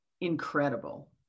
incredible